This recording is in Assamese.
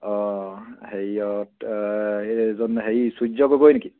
অঁ হেৰিয়ত এইজন হেৰি সূৰ্য গগৈ নেকি